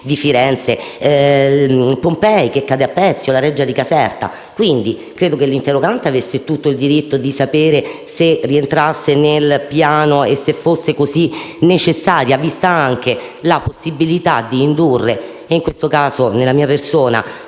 di Firenze, Pompei (che cade a pezzi) o la Reggia di Caserta. Credo quindi che l'interrogante avesse tutto il diritto di sapere se rientrasse nel piano e se fosse così necessaria, vista anche la possibilità di essere indotti (in questo caso è capitato a